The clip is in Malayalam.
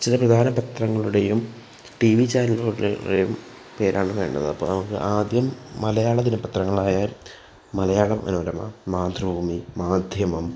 ചില പ്രധാന പത്രങ്ങളുടേയും ടി വി ചാനലുകളുടേയും പേരാണ് വേണ്ടത് അപ്പോൾ നമുക്ക് ആദ്യം മലയാള ദിന പത്രങ്ങളായ മലയാള മനോരമ മാതൃഭൂമി മാധ്യമം